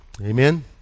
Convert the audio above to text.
Amen